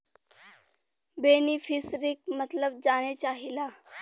बेनिफिसरीक मतलब जाने चाहीला?